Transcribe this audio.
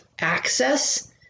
access